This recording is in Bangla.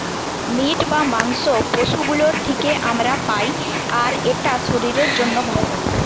মিট বা মাংস পশু গুলোর থিকে আমরা পাই আর এটা শরীরের জন্যে ভালো